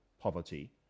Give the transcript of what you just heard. poverty